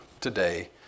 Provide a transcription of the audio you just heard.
today